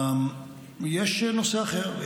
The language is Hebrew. יש נושא אחר.